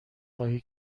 خواهی